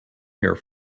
here